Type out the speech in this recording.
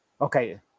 okay